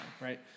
right